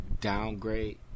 downgrade